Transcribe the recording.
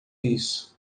isso